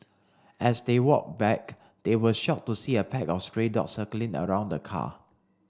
as they walked back they were shocked to see a pack of stray dogs circling around the car